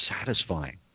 satisfying